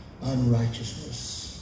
unrighteousness